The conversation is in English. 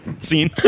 scene